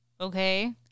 okay